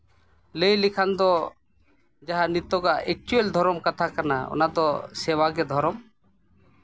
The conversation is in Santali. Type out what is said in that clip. ᱞᱟᱹᱭ ᱞᱮᱠᱷᱟᱱ ᱫᱚ ᱡᱟᱦᱟᱸ ᱱᱤᱛᱚᱜᱟᱜ ᱮᱠᱪᱩᱭᱮᱞ ᱫᱷᱚᱨᱚᱢ ᱠᱟᱛᱷᱟ ᱠᱟᱱᱟ ᱚᱱᱟ ᱫᱚ ᱥᱮᱵᱟᱜᱮ ᱫᱷᱚᱨᱚᱢ